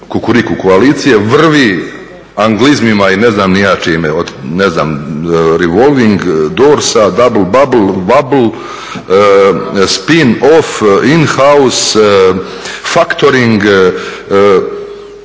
Kukuriku koalicije vrvi anglizmima i ne znam ni ja čime, od, ne znam, revolving, doors-a, double …, spin off, in house, faktoring,